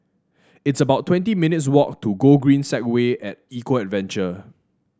it's about twenty minutes' walk to Gogreen Segway at Eco Adventure